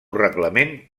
reglament